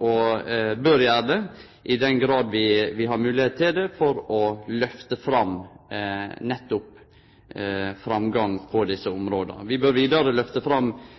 Og vi bør gjere det, i den grad vi har moglegheit til det, for å løfte fram framgang nettopp på desse områda. Vi bør vidare løfte fram